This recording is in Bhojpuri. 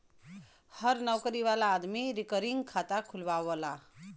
हर नउकरी वाला आदमी रिकरींग खाता खुलवावला